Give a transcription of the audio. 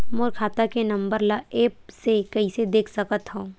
मोर खाता के नंबर ल एप्प से कइसे देख सकत हव?